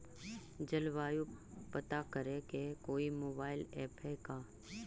जलवायु पता करे के कोइ मोबाईल ऐप है का?